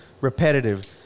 repetitive